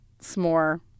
s'more